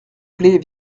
plait